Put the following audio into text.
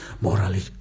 morally